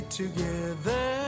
together